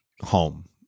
home